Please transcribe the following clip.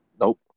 Nope